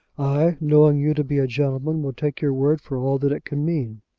i, knowing you to be a gentleman, will take your word for all that it can mean.